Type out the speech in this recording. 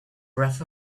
breath